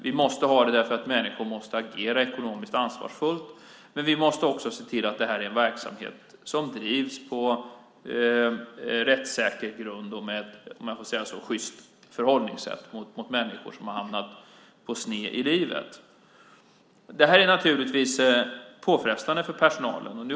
Vi måste ha det därför att människor måste agera ekonomiskt ansvarsfullt, men vi måste också se till att det är en verksamhet som drivs på rättssäker grund och med ett sjyst förhållningssätt mot människor som har hamnat på sned i livet. Det här är naturligtvis påfrestande för personalen.